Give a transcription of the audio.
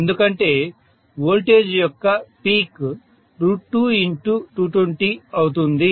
ఎందుకంటే వోల్టేజ్ యొక్క పీక్ 2220 అవుతుంది